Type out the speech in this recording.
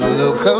look